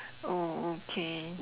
oh okay